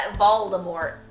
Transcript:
Voldemort